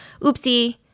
Oopsie